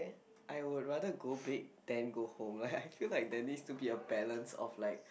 I would rather go big then go home I feel like that needs to be a balance of like